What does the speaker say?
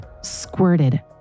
squirted